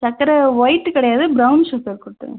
சக்கரை ஒயிட்டு கிடையாது brown sugar கொடுத்துருங்க